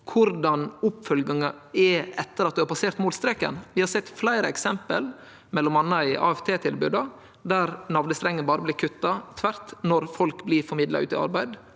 korleis oppfølginga er etter at ein har passert målstreken. Vi har sett fleire eksempel, m.a. i AFT-tilboda, der navlestrengen berre blir kutta tvert når folk blir formidla ut i arbeid.